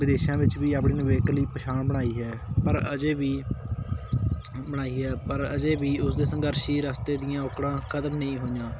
ਵਿਦੇਸ਼ਾਂ ਵਿੱਚ ਵੀ ਆਪਣੀ ਨਿਵੇਕਲੀ ਪਛਾਣ ਬਣਾਈ ਹੈ ਪਰ ਅਜੇ ਵੀ ਬਣਾਈ ਹੈ ਪਰ ਅਜੇ ਵੀ ਉਸ ਦੇ ਸੰਘਰਸ਼ੀ ਰਸਤੇ ਦੀਆਂ ਔਕੜਾਂ ਖਤਮ ਨਹੀਂ ਹੋਈਆਂ